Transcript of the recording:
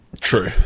True